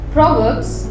Proverbs